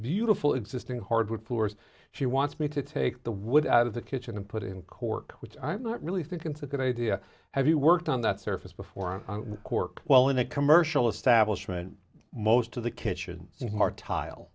beautiful existing hardwood floors she wants me to take the wood out of the kitchen and put it in cork which i'm not really think it's a good idea have you worked on that surface before a cork well in a commercial establishment most of the kitchen